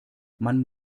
man